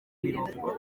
mirongo